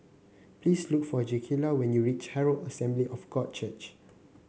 please look for Jakayla when you reach Herald Assembly of God Church